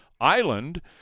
island